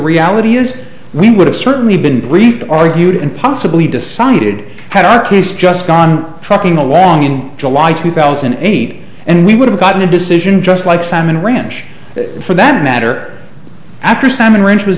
reality is we would have certainly been briefed argued and possibly decided had our case just gone trucking along in july two thousand and eight and we would have gotten a decision just like salmon ranch for that matter after salmon ranch was